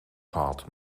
gehad